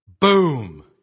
boom